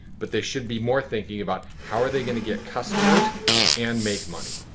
but they should be more thinking about how are they going to get customers and make money.